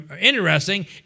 interesting